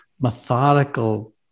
methodical